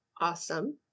awesome